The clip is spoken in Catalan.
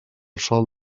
sol